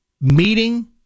meeting